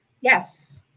Yes